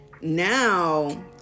now